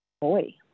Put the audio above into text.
boy